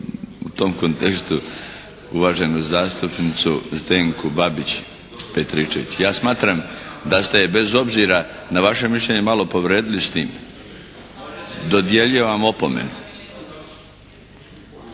u tom kontekstu uvaženu zastupnicu Zdenku Babić Petričević. Ja smatram da ste bez obzira na vaše mišljenje malo povrijedili s time. Dodjeljujem vam opomenu.